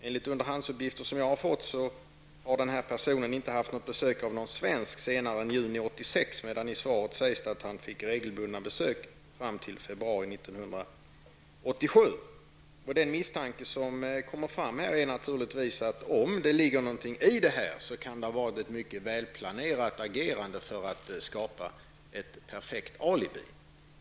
Enligt underhandsuppgifter som jag har fått har denna person inte haft besök av någon svensk förrän juni 1986. I svaret sägs att han fick regelbundna besök från augusti 1985 fram till februari 1987. Den misstanke som uppstår är naturligtvis att det, om det ligger någonting i detta, kan ha varit ett mycket välplanerat agerande för att skapa ett perfekt alibi.